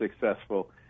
successful